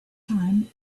time